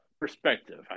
perspective